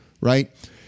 right